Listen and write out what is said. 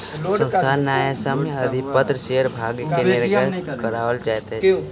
संस्थान न्यायसम्य अधिपत्र शेयर भागी के निर्गत कराओल जाइत अछि